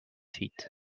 feet